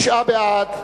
תשעה בעד,